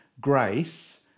grace